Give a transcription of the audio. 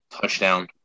touchdown